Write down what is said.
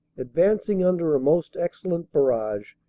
advancing under a most excellent barrage,